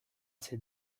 ces